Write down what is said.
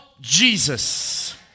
Jesus